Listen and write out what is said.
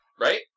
Right